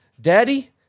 Daddy